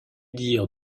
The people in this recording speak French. dire